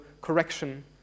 correction